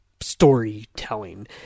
storytelling